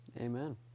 Amen